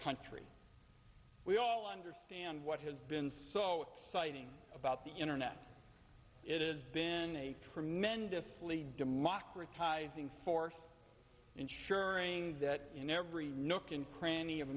country we all understand what has been so exciting about the internet it has been a tremendously democratizing force ensuring that in every